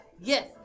yes